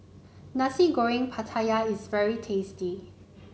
Nasi Goreng Pattaya is very tasty